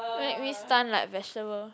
make me stun like vegetable